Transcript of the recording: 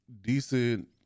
decent